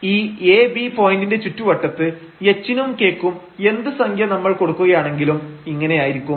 ഈ ab പോയന്റിന്റെ ചുറ്റുവട്ടത്ത് h നും k ക്കും എന്ത് സംഖ്യ നമ്മൾ കൊടുക്കുകയാണെങ്കിലും ഇങ്ങനെയായിരിക്കും